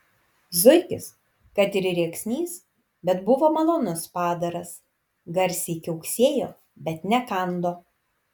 zuikis kad ir rėksnys bet buvo malonus padaras garsiai kiauksėjo bet nekando